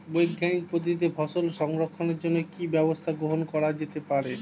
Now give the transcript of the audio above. বৈজ্ঞানিক পদ্ধতিতে ফসল সংরক্ষণের জন্য কি ব্যবস্থা গ্রহণ করা যেতে পারে?